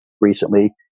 recently